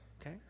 Okay